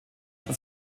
nach